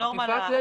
אכיפה כללית.